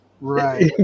Right